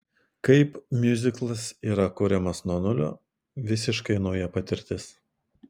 kaip miuziklas yra kuriamas nuo nulio visiškai nauja patirtis